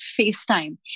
FaceTime